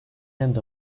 end